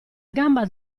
gamba